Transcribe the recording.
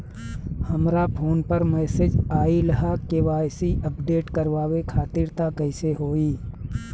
हमरा फोन पर मैसेज आइलह के.वाइ.सी अपडेट करवावे खातिर त कइसे होई?